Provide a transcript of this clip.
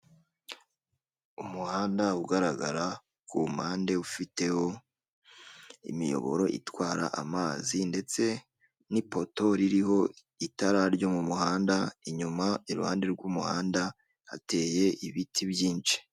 Umuhanda ugaragara kumpande ufiteho imiyoboro itwara amazi ndetse n'ipoto ririho itara ryo mumuhanda, inyuma, iruhande rw'umuhanda hateye ibiti byinshi.